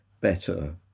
better